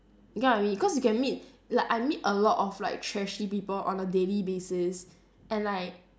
you get what I mean because you can meet like I meet a lot of like trashy people on a daily basis and like